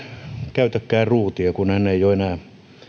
käytäkään ruutia kun hän ei ole enää